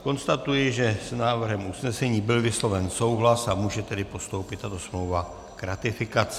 Konstatuji, že s návrhem usnesení byl vysloven souhlas, a může tedy postoupit tato smlouva k ratifikaci.